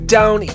down